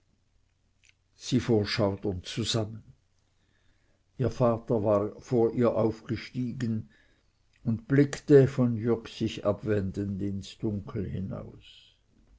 sie fuhr schaudernd zusammen ihr vater war vor ihr aufgestiegen und blickte von jürg sich abwendend ins dunkel hinaus